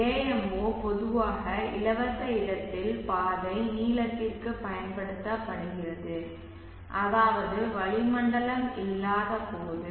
AM0 பொதுவாக இலவச இடத்தில் பாதை நீளத்திற்கு பயன்படுத்தப்படுகிறது அதாவது வளிமண்டலம் இல்லாத போது